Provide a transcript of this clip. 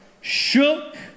shook